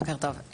בוקר טוב,